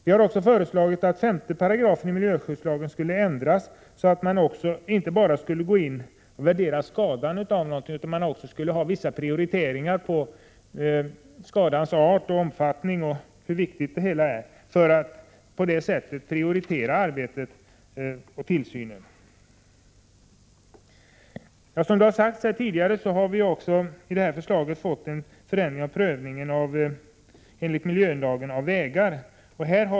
Vi har också föreslagit att 5 § miljöskyddslagen skall ändras, så att man inte bara skall värdera skadan utan också bedöma skadans art, omfattning och vikt, för att på det sättet kunna prioritera arbetet och tillsynen. Som sagts här tidigare innebär det föreliggande förslaget också en förändring av prövningen enligt miljölagen av vägar.